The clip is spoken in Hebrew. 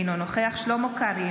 אינו נוכח שלמה קרעי,